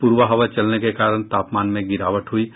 पूरबा हवा चलने के कारण तापमान में गिरावट हुई है